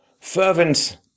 Fervent